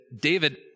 David